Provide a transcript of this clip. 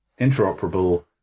interoperable